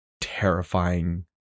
terrifying